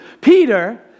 Peter